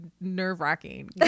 nerve-wracking